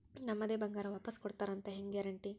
ನಮ್ಮದೇ ಬಂಗಾರ ವಾಪಸ್ ಕೊಡ್ತಾರಂತ ಹೆಂಗ್ ಗ್ಯಾರಂಟಿ?